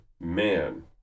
man